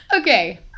Okay